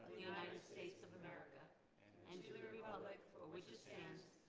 united states of america and to the republic for which it stands,